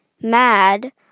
mad